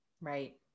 Right